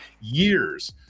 years